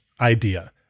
idea